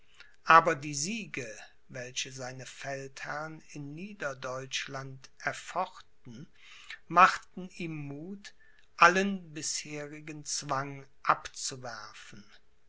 aber die siege welche seine feldherren in niederdeutschland erfochten machten ihm muth allen bisherigen zwang abzuwerfen